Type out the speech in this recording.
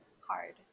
hard